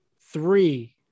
three